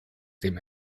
dem